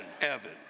Evan